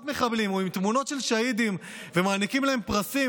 מחבלים או עם תמונות של שהידים ומעניקים להם פרסים,